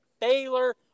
Baylor